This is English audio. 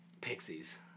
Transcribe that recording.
Pixies